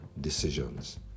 decisions